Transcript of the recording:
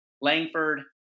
Langford